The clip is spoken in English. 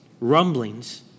rumblings